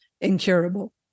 incurable